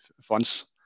funds